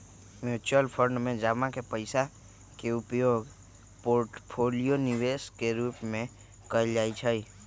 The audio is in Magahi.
म्यूचुअल फंड में जमा पइसा के उपयोग पोर्टफोलियो निवेश के रूपे कएल जाइ छइ